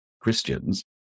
Christians